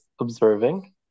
observing